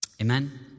Amen